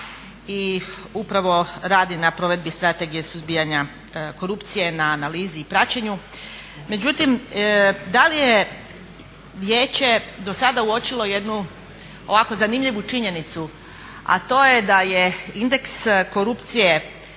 i upravo radi na provedbi strategije suzbijanja korupcije, na analizi i praćenju, međutim da li je vijeće dosada uočilo jednu ovako zanimljivu činjenicu a to je da je indeks korupcije